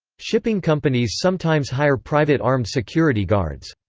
shipping companies sometimes hire private armed security guards.